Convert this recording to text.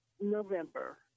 November